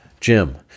jim